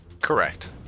Correct